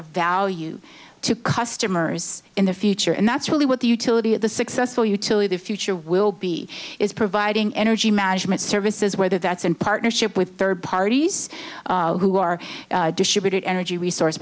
of value to customers in the future and that's really what the utility of the successful utility the future will be is providing energy management services whether that's in partnership with third parties who are distributed energy resource